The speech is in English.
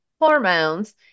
hormones